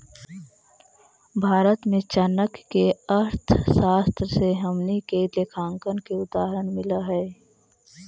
भारत में चाणक्य के अर्थशास्त्र से हमनी के लेखांकन के उदाहरण मिल हइ